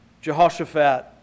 Jehoshaphat